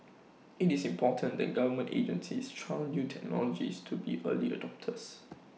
IT is important that government agencies trial new technologies to be early adopters